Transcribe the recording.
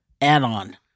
add-on